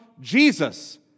Jesus